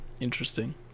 interesting